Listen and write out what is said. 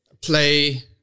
play